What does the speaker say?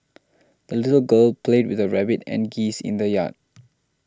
the little girl played with her rabbit and geese in the yard